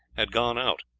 had gone out,